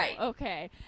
Okay